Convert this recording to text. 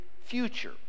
future